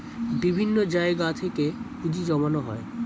বিভিন্ন জায়গা থেকে পুঁজি জমানো হয়